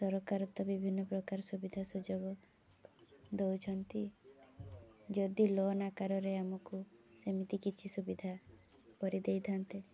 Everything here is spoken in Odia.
ସରକାର ତ ବିଭିନ୍ନ ପ୍ରକାର ସୁବିଧା ସୁଯୋଗ ଦଉଛନ୍ତି ଯଦି ଲୋନ୍ ଆକାରରେ ଆମକୁ ସେମିତି କିଛି ସୁବିଧା କରିଦେଇଥାନ୍ତେ